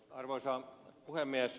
arvoisa puhemies